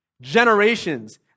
generations